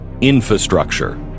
infrastructure